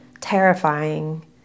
terrifying